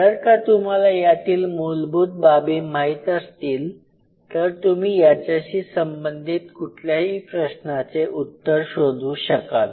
जर का तुम्हाला यातील मूलभूत बाबी माहित असतील तर तुम्ही याच्याशी संबंधित कुठल्याही प्रश्नाचे उत्तर शोधू शकाल